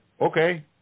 Okay